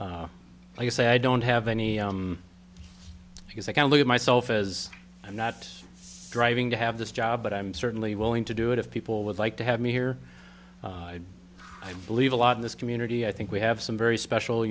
you say i don't have any because i can look at myself as i'm not driving to have this job but i'm certainly willing to do it if people would like to have me here i believe a lot in this community i think we have some very special